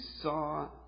saw